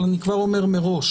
אבל אני כבר אומר מראש,